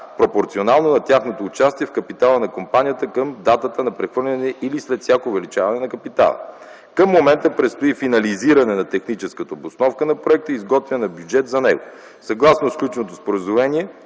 пропорционално на тяхното участие в капитала на компанията към датата на прехвърляне или след всяко увеличаване на капитала. Към момента предстои финализиране на техническата обосновка на проекта и изготвяне на бюджет за него. Съгласно сключеното споразумение